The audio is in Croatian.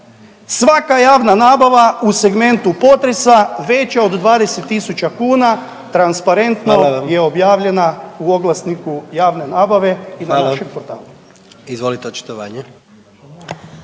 Svaka javna nabava u segmentu potresa veća od 20.000 kuna …/Upadica predsjednik: Hvala vam./… transparentno je objavljena u oglasniku javne nabave i na našem portalu.